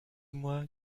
mois